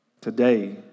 Today